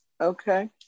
Okay